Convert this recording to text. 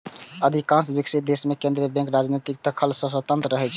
अधिकांश विकसित देश मे केंद्रीय बैंक राजनीतिक दखल सं स्वतंत्र रहै छै